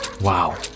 Wow